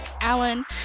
alan